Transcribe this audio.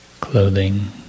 clothing